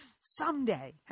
Someday